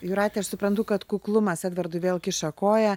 jūrate aš suprantu kad kuklumas edvardui vėl kiša koją